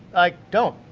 like don't!